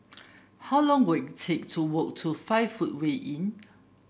how long will it take to walk to Five Footway Inn